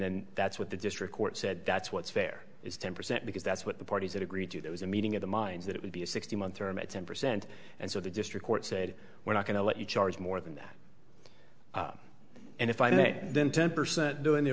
then that's what the district court said that's what's fair is ten percent because that's what the parties had agreed to that was a meeting of the minds that it would be a sixty month room at ten percent and so the district court said we're not going to let you charge more than that and if i may then ten percent doing the